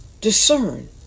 discern